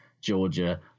Georgia